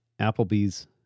Applebee's